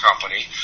company